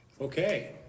Okay